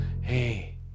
Hey